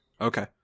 Okay